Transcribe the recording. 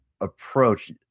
approach